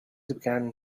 began